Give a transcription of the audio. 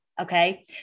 Okay